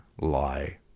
lie